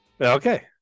Okay